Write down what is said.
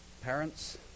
Parents